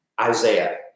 Isaiah